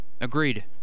Agreed